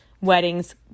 weddings